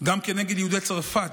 גם כנגד יהודי צרפת,